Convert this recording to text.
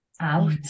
out